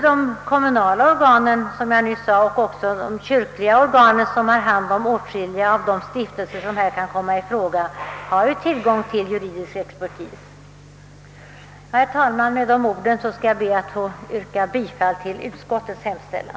De kommunala organen har — som jag nyss sade — tillgång till juridisk expertis, och det har även de kyrkliga organen, som handhar åtskilliga stiftelser. Herr talman! Med dessa ord ber jag att få yrka bifall till utskottets hemställan.